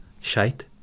Shite